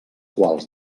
quals